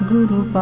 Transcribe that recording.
Guru